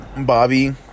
Bobby